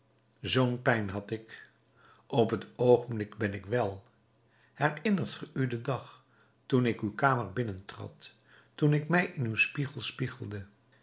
zoo'n pijn had ik op t oogenblik ben ik wèl herinnert ge u den dag toen ik uw kamer binnentrad toen ik mij in uw spiegel spiegelde